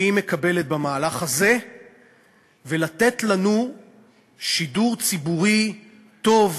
שהיא מקבלת במהלך הזה ולתת לנו שידור ציבורי טוב,